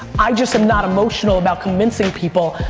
i just am not emotional about convincing people.